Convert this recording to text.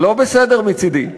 לא בסדר מצדי.